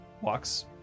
walks